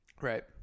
Right